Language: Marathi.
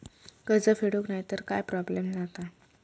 कर्ज फेडूक नाय तर काय प्रोब्लेम जाता?